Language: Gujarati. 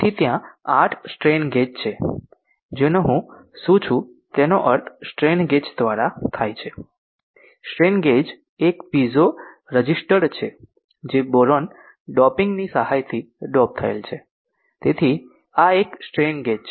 તેથી ત્યાં 8 સ્ટ્રેન ગેજ છે જેનો હું શું છું તેનો અર્થ સ્ટ્રેન ગેજ દ્વારા થાય છે સ્ટ્રેન ગેજ એ એક પીઝો રજીસ્ટર્ડ છે જે બોરોન ડોપિંગ ની સહાયથી ડોપ થયેલ છે તેથી આ એક સ્ટ્રેન ગેજ છે